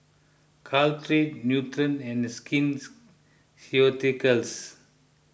Caltrate Nutren and Skin Ceuticals